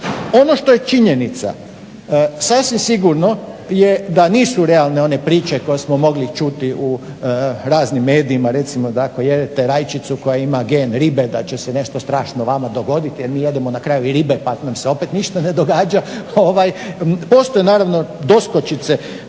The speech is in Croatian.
Ono što je činjenica sasvim sigurno je da nisu realne one priče koje smo mogli čuti u raznim medijima, recimo da ako jedete rajčicu koja ima gen ribe da će se nešto strašno vama dogoditi jer mi jedemo na kraju ribe pa nam se opet ništa ne događa, postoje naravno doskočice